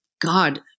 God